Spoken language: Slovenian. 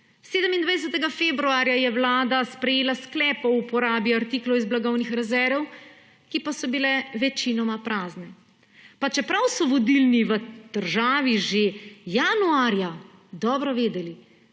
27. februarja je Vlada sprejela sklep o uporabi artiklov iz blagovnih rezerv, ki pa so bile večinoma prazne. Čeprav so vodilni v državi že januarja dobro vedeli,